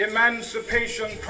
Emancipation